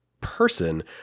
person